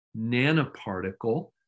nanoparticle